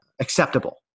acceptable